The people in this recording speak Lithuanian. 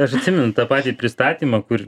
aš atsimenu tą patį pristatymą kur